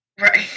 right